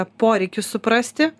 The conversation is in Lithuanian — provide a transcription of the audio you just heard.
poreikius suprasti